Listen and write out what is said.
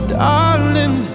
darling